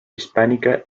hispánica